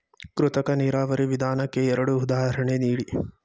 ಕೃತಕ ನೀರಾವರಿ ವಿಧಾನಕ್ಕೆ ಎರಡು ಉದಾಹರಣೆ ನೀಡಿ?